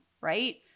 right